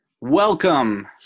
welcome